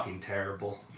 terrible